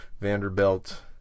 Vanderbilt